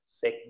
Sick